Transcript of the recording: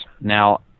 Now